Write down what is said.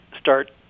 start